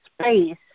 space